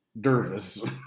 Dervis